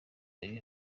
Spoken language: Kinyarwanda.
y’uyu